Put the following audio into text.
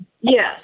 Yes